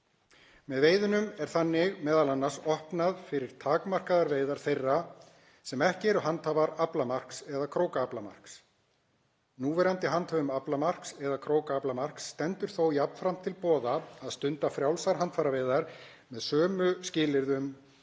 Með veiðunum er þannig m.a. opnað fyrir takmarkaðar veiðar þeirra sem ekki eru handhafar aflamarks eða krókaaflamarks. Núverandi handhöfum aflamarks eða krókaaflamarks stendur þó jafnframt til boða að stunda frjálsar handfæraveiðar að sömu skilyrðum